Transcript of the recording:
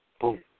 Boom